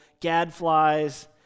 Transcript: gadflies